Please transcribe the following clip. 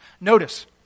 Notice